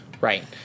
Right